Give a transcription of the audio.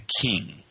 king